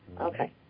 Okay